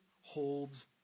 holds